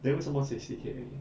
then 为什么 sixty K 而已